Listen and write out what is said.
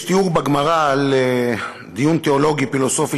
יש תיאור בגמרא של דיון תיאולוגי פילוסופי